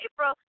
April